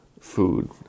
food